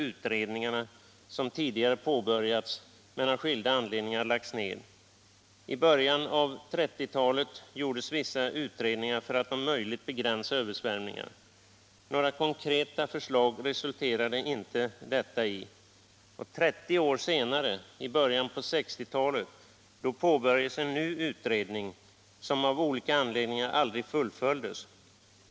utredningar som tidigare påbörjats men som av skilda anledningar lagts ned. I början av 1930-talet gjordes vissa utredningar för att om möjligt begränsa översvämningarna. Några konkreta förslag resulterade inte detta i. 30 år senare — i början av 1960-talet — påbörjades en ny utredning, som av olika skäl aldrig fullföljdes.